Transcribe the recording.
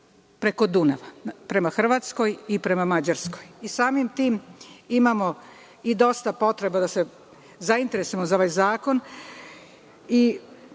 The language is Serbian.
preko Dunava, prema Hrvatskoj i prema Mađarskoj. Samim tim imamo i dosta potreba da se zainteresujemo za ovaj zakon.